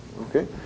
Okay